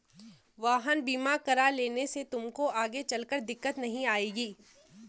वाहन बीमा करा लेने से तुमको आगे चलकर दिक्कत नहीं आएगी